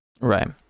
right